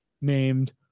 named